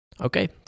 Okay